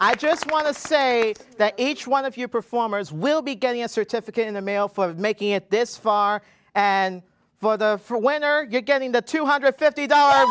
i just want to say that each one of your performers will be getting a certificate in the mail for making it this far and for the for when you're getting the two hundred fifty dollars